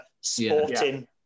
sporting